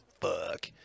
fuck